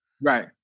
Right